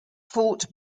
fort